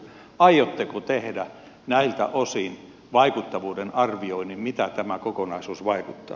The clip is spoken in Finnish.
aiotteko tehdä näiltä osin vaikuttavuuden arvioinnin mitä tämä kokonaisuus vaikuttaa